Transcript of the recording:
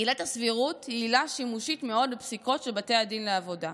עילת הסבירות היא עילה שימושית מאוד בפסיקות של בתי הדין לעבודה,